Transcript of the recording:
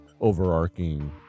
overarching